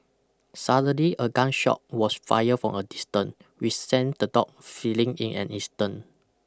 suddenly a gun shot was fired from a distance which sent the dog fleeing in an instant